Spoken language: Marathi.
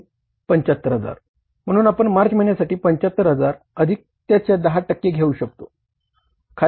75000 म्हणून आपण मार्च महिन्यासाठी 75000 अधिक त्याच्या 10 टक्के घेऊ शकतो